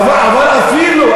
אבל אפילו,